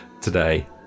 today